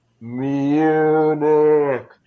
Munich